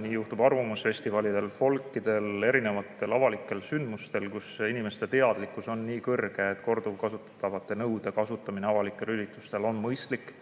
Nii juhtub arvamusfestivalidel, folkidel, muudel avalikel sündmustel, kus inimeste teadlikkus on nii kõrge, et nad saavad aru, et korduvkasutatavate nõude kasutamine avalikel üritustel on mõistlik.